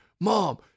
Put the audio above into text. mom